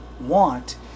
want